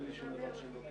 אנחנו נתחיל